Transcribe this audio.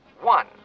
one